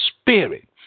spirit